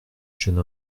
jeune